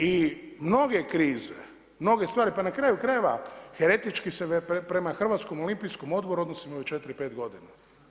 I mnoge krize, mnoge stvari, pa na kraju krajeva heretički se prema Hrvatskom olimpijskom odboru odnosimo već 4, 5 godina.